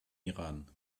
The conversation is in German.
iran